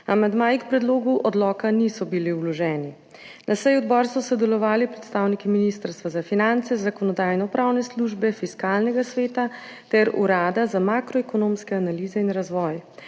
Amandmaji k predlogu odloka niso bili vloženi. Na seji odbora so sodelovali predstavniki Ministrstva za finance, Zakonodajno-pravne službe, Fiskalnega sveta ter Urada Republike Slovenije za makroekonomske analize in razvoj.